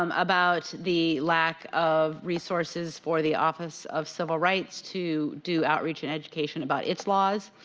um about the lack of resources for the office of civil rights, to do outreach and education about its laws.